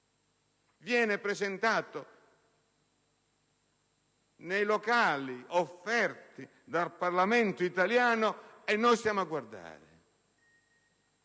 viene presentato nei locali offerti dal Parlamento italiano e noi restiamo a guardare,